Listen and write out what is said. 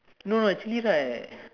no no actually right